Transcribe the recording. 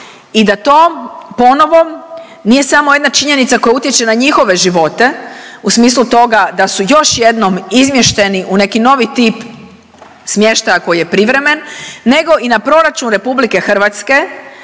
i da to ponovo nije samo jedna činjenica koja utječe na njihove života u smislu toga da su još jednom izmješteni u neki novi tip smještaja koji je privremen nego i na proračun RH jer